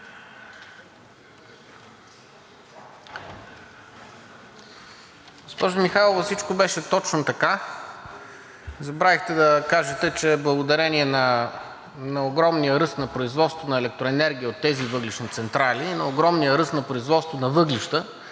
Госпожо Михайлова, всичко беше точно така. Забравихте да кажете, че благодарение на огромния ръст на производство на електроенергия от тези въглищни централи и на огромния ръст на производство на въглища,